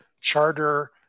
charter